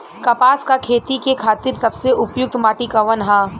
कपास क खेती के खातिर सबसे उपयुक्त माटी कवन ह?